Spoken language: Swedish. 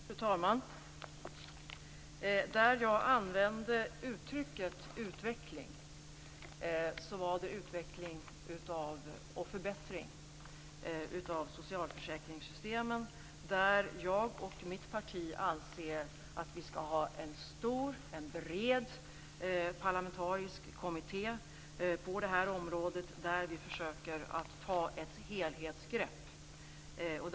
Fru talman! När jag använde uttrycket utveckling menade jag utveckling och förbättring av socialförsäkringssystemen. Jag och mitt parti anser att vi skall tillsätta en bred parlamentarisk kommitté som skall försöka ta ett helhetsgrepp över området.